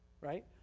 Right